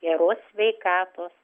geros sveikatos